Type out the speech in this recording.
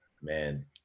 man